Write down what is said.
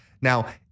Now